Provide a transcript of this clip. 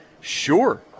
sure